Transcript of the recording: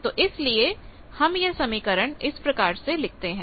तो इसलिए हम यह समीकरण इस प्रकार से लिखते हैं